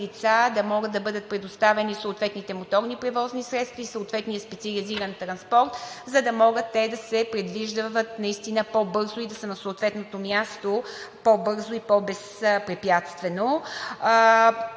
да могат да бъдат предоставени съответните моторни превозни средства и съответния специализиран транспорт, за да могат те да се придвижват наистина по-бързо и да са на съответното място по-бързо и по безпрепятствено.